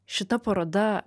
šita paroda